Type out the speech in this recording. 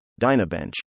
DynaBench